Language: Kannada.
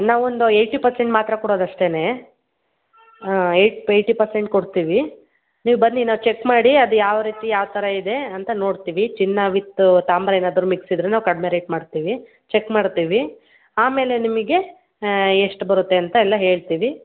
ನಾವೊಂದು ಏಯ್ಟಿ ಪರ್ಸೆಂಟ್ ಮಾತ್ರ ಕೊಡೋದು ಅಷ್ಟೇ ಹಾಂ ಏಯ್ಟ್ ಏಯ್ಟಿ ಪರ್ಸೆಂಟ್ ಕೊಡ್ತೀವಿ ನೀವು ಬನ್ನಿ ನಾವು ಚೆಕ್ ಮಾಡಿ ಅದು ಯಾವ ರೀತಿ ಯಾವ ಥರ ಇದೆ ಅಂತ ನೋಡ್ತೀವಿ ಚಿನ್ನ ವಿತ್ ತಾಮ್ರ ಏನಾದರೂ ಮಿಕ್ಸ್ ಇದ್ದರೆ ನಾವು ಕಡಿಮೆ ರೇಟ್ ಮಾಡ್ತೀವಿ ಚೆಕ್ ಮಾಡ್ತೀವಿ ಆಮೇಲೆ ನಿಮಗೆ ಎಷ್ಟು ಬರುತ್ತೆ ಅಂತ ಎಲ್ಲ ಹೇಳ್ತೀವಿ